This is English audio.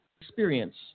experience